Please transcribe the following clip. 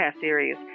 series